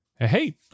Hey